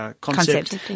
concept